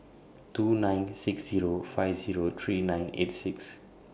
two nine six Zero five Zero three nine eight six